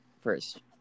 first